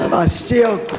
i still